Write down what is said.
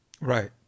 Right